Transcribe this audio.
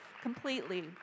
Completely